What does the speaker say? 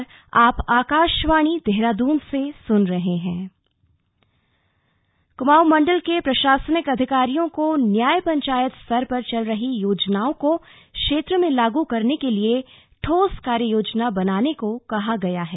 कार्ययोजना कुमाऊं मण्डल के प्रशासनिक अधिकारियों को न्याय पंचायत स्तर पर चल रही योजनाओं को क्षेत्र में लागू करने के लिए ठोस कार्ययोजना बनाने को कहा गया है